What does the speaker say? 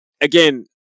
again